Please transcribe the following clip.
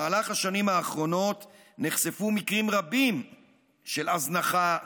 במהלך השנים האחרונות נחשפו מקרים רבים של הזנחה,